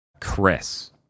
Chris